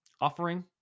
offering